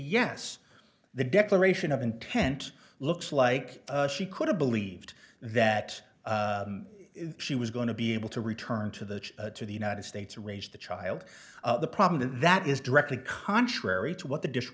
yes the declaration of intent looks like she could have believed that she was going to be able to return to the to the united states raised the child the problem and that is directly contrary to what the dis